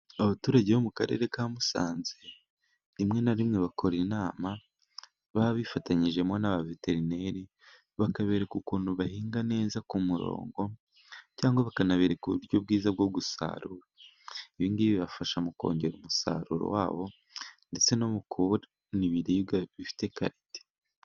Abaturage bo mu karere ka musanze rimwe na rimwe bakora inama babifatanyijemo n'abaveterineri, bakabereka ukuntu bahinga neza k'umurongo cyangwa bakanabereka uburyo bwiza bwo gusarura, ibingibi bibafasha mu kongera umusaruro wabo ndetse no mu kubona ibiribwa bifite karite.